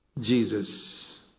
Jesus